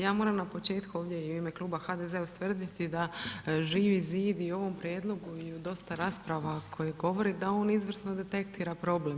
Ja moram na početku ovdje u ime Kluba HDZ-a ustvrditi, da Živi zid i u ovom prijedlogu i u dosta rasprava koje govori, da on izvrsno detektira problem.